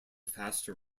faster